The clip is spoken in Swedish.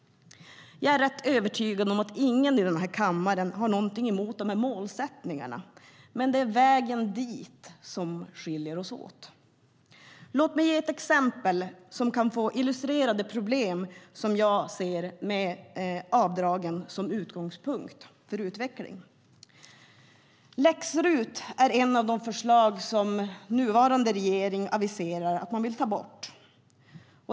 Jag är rätt övertygad att ingen i den här kammaren har något emot de målsättningarna, men det är vägen dit som skiljer oss åt. Låt mig ge ett exempel som kan få illustrera de problem som jag ser med avdragen som utgångspunkt för utvecklingLäx-RUT är ett av de avdrag som nuvarande regering aviserar att man vill ta bort.